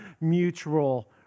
mutual